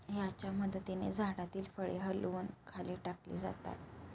याच्या मदतीने झाडातील फळे हलवून खाली टाकली जातात